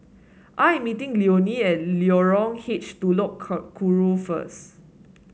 I'm meeting Leone at Lorong H Telok Kurau first